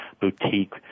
boutique